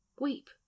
weep